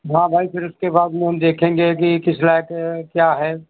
हाँ भाई फिर उसके बाद में हम देखेंगे कि किस लायक़ है क्या है